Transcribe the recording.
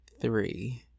three